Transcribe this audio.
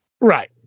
Right